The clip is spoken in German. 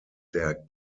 der